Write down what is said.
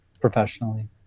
professionally